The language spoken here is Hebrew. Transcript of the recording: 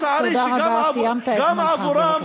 תודה רבה, סיימת את זמנך, בבקשה.